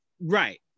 Right